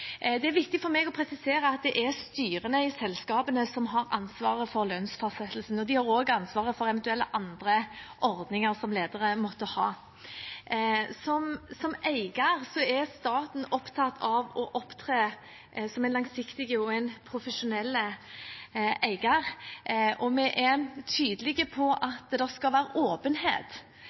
Det er viktig for meg å presisere at det er styrene i selskapene som har ansvaret for lønnsfastsettelsen. De har også ansvar for eventuelle andre ordninger som ledere måtte ha. Staten er opptatt av å opptre som en langsiktig og profesjonell eier, og vi er tydelige på at det skal være åpenhet